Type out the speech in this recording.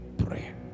prayer